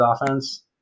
offense